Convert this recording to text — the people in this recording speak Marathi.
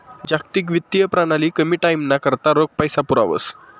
जागतिक वित्तीय प्रणाली कमी टाईमना करता रोख पैसा पुरावस